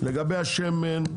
לגבי השמן,